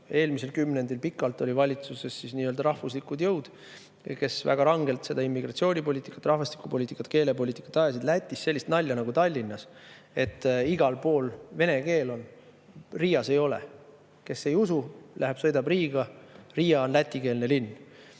eelmisel kümnendil olid pikalt valitsuses – rahvuslikud jõud, kes väga rangelt immigratsioonipoliitikat, rahvastikupoliitikat ja keelepoliitikat ajasid. Sellist nalja nagu Tallinnas, et igal pool on vene keel, Riias ei ole. Kes ei usu, sõidab Riiga. Riia on lätikeelne linn.